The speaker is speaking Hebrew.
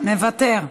מוותר.